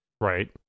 right